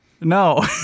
No